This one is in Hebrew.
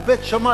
על בית שמאי,